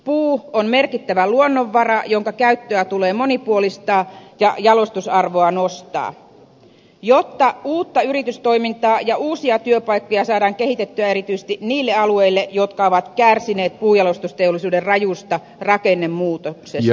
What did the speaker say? puu on merkittävä luonnonvara jonka käyttöä tulee monipuolistaa ja jalostusarvoa nostaa jotta uutta yritystoimintaa ja uusia työpaikkoja saadaan kehitettyä erityisesti niille alueille jotka ovat kärsineet puunjalostusteollisuuden rajusta rakennemuutoksesta